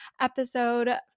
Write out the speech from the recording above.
episode